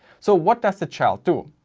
so what does the child do?